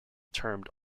termed